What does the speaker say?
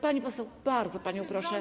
Pani poseł, bardzo panią proszę.